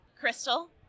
Crystal